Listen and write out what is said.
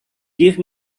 give